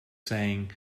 saying